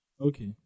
okay